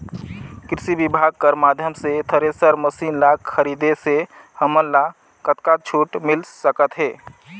कृषि विभाग कर माध्यम से थरेसर मशीन ला खरीदे से हमन ला कतका छूट मिल सकत हे?